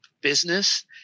business